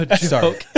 Sorry